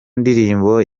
ndirimbo